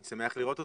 אני שמח לראות אותך.